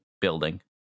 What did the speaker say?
building